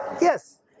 Yes